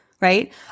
right